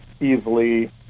easily